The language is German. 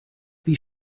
wie